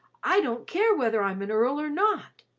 i don't care whether i'm an earl or not.